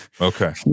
Okay